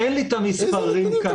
אין לי את המספרים כאן.